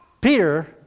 Peter